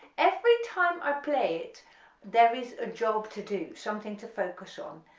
every time i play it there is a job to do something to focus on,